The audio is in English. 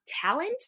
talent